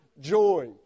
joy